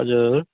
हजुर